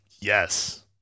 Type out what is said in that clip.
Yes